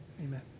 amen